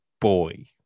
boy